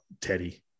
Teddy